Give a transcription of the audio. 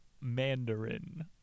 mandarin